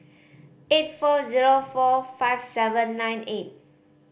eight four zero four five seven nine eight